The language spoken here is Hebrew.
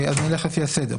אז נלך לפי הסדר.